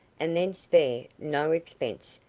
and then spare no expense.